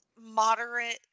moderate